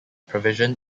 provision